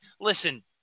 listen